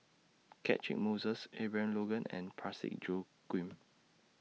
Catchick Moses Abraham Logan and Parsick Joaquim